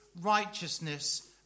righteousness